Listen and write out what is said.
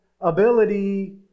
ability